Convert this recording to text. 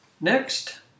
Next